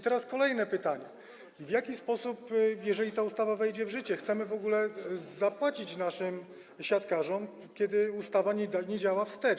Teraz kolejne pytanie: W jaki sposób, jeżeli ta ustawa wejdzie w życie, chcemy w ogóle zapłacić naszym siatkarzom, skoro ustawa nie działa wstecz?